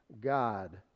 God